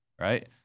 right